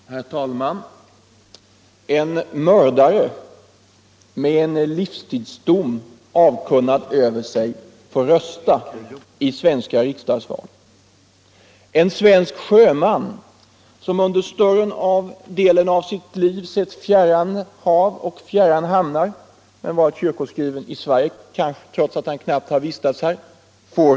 Nr 80 Herr talman! En mördare med livstidsdom avkunnad över sig får rösta i svenska riksdagsval. En svensk sjöman som under större delen av sitt liv sett fjärran hav och fjärran hamnar men varit kyrkoskriven i Sverige får rösta i svenska riksdagsval trots att han mycket litet har vistats här.